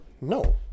No